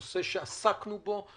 הוא נושא שעסקנו בו,